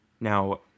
Now